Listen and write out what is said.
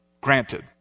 granted